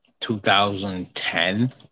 2010